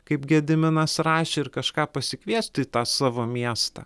kaip gediminas rašė ir kažką pasikviesti į tą savo miestą